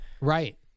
Right